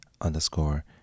underscore